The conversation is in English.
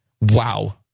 Wow